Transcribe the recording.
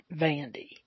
Vandy